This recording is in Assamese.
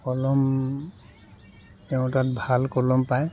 কলম তেওঁৰ তাত ভাল কলম পায়